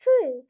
true